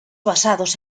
basados